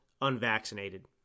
unvaccinated